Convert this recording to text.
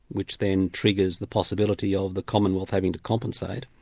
which then triggers the possibility of the commonwealth having to compensate.